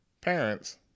parents